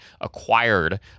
acquired